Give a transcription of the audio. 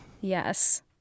Yes